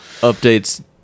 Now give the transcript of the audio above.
updates